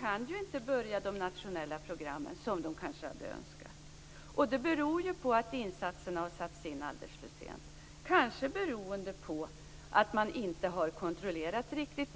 kan inte börja på de nationella programmen, som de kanske hade önskat. Detta beror på att insatserna har satts in alldeles för sent, kanske beroende på att man inte har kontrollerat detta tillräckligt.